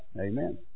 Amen